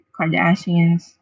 kardashians